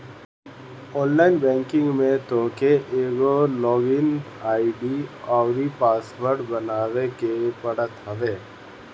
online banking में तोहके एगो लॉग इन आई.डी अउरी पासवर्ड बनावे के पड़त हवे